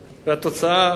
והתוצאה,